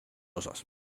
osas